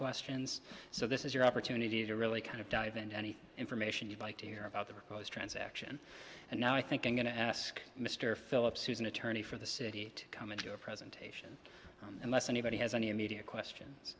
questions so this is your opportunity to really kind of dive into any information you'd like to hear about the proposed transaction and now i think i'm going to ask mr phillips who's an attorney for the city to come into your presentation unless anybody has any immediate questions